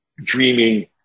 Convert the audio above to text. dreaming